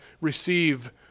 receive